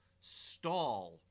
stall